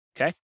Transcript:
Okay